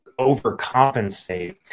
overcompensate